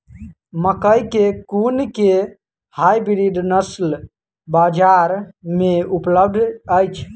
मकई केँ कुन केँ हाइब्रिड नस्ल बजार मे उपलब्ध अछि?